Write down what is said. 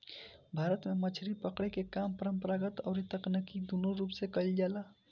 भारत में मछरी पकड़े के काम परंपरागत अउरी तकनीकी दूनो रूप से कईल जाला